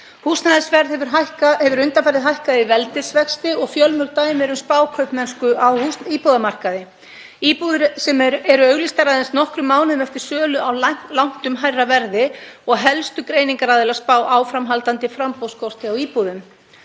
Húsnæðisverð hefur undanfarið hækkað í veldisvexti og fjölmörg dæmi eru um spákaupmennsku á íbúðamarkaði. Íbúðir eru auglýstar aðeins nokkrum mánuðum eftir sölu á langtum hærra verði og helstu greiningaraðilar spá áframhaldandi framboðsskorti á íbúðum.